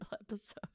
episode